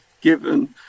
given